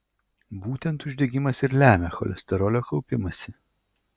būtent uždegimas ir lemia cholesterolio kaupimąsi